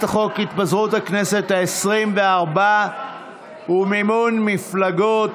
חוק התפזרות הכנסת העשרים-וארבע ומימון מפלגות,